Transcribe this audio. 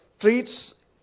treats